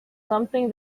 something